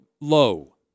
low